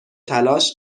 تلاش